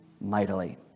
mightily